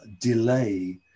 delay